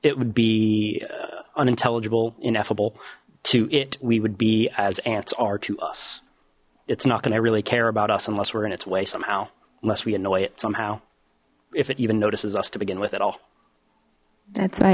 it would be unintelligible ineffable to it we would be as ants are to us it's nothing i really care about us unless we're in its way somehow unless we annoy it somehow if it even notices us to begin with it all that